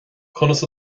conas